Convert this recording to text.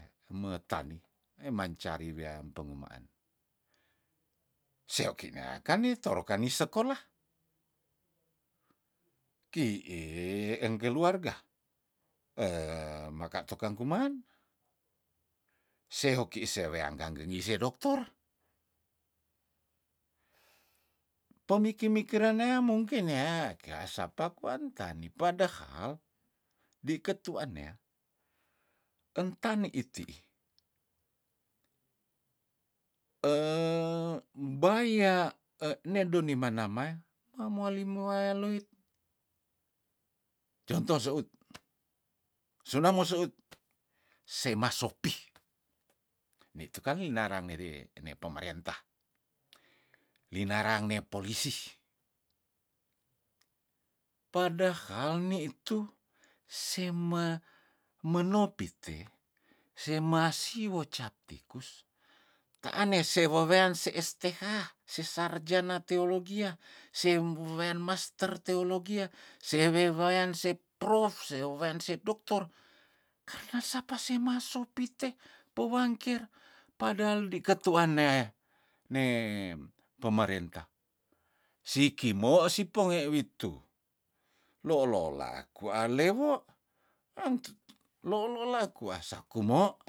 Metani emancari weam pengumaan seoki nea kanni torokanni sekolah kei engkeluarga maka tokang kuman sehoki se weangga gengis sedoktor, tomiki mikerenea mungkin neakea sapa kwan tadi pedehal diketua neah entani itiih mbaya e ne do nimana maea emoali- moaloit jonto seut sunamo seut semasopi nitu kang linaran nedeeh ene pemerentah linarang ne polisi padahal nitu se me menopite se masi wocaptikus taan ne sewewean se s. Th sesarjana teologia sembuaean marter teologia sebuaean se prof sebuaean se doktor karna sapa semasopi te pewangker padahal di ketuan nea ne pemerintah sikimo siponge witu lolola kula lewo lang tut lolola kuasa kumo.